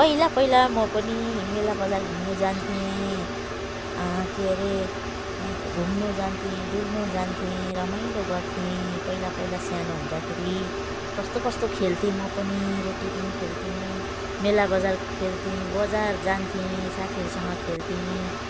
पहिला पहिला म पनि मेला बजार घुम्नु जान्थेँ के हरे घुम्नु जान्थेँ डुल्नु जान्थेँ रमाइलो गर्थेँ पहिला पहिला सानो हुँदाखेरि कस्तो कस्तो खेल्थेँ म पनि रोटेपिङ खेल्थेँ मेला बजार खेल्थेँ बजार जान्थेँ साथीहरूसँग खेल्थेँ